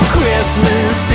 Christmas